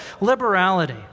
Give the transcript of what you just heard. liberality